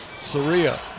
Saria